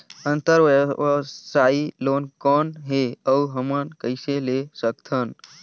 अंतरव्यवसायी लोन कौन हे? अउ हमन कइसे ले सकथन?